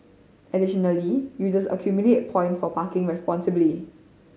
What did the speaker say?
additionally users accumulate points for parking responsibly